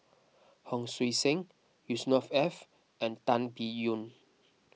Hon Sui Sen Yusnor Ef and Tan Biyun